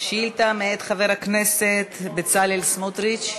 שאילתה מאת חבר הכנסת בצלאל סמוטריץ.